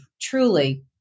truly